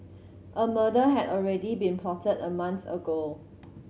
a murder had already been plotted a month ago